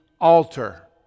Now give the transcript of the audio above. altar